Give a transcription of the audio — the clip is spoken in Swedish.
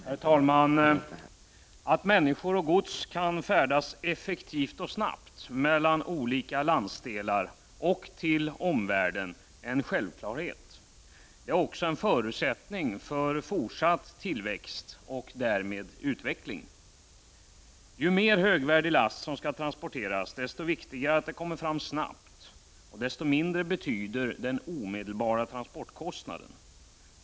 Herr talman! Att människor och gods kan färdas effektivt och snabbt mellan olika landsdelar och till omvärlden är en självklarhet. Det är också en förutsättning för fortsatt tillväxt och därmed utveckling. Ju mer högvärdig last som skall transporteras, desto viktigare är det att den kommer fram snabbt och desto mindre betyder den omedelbara transportkostnaden.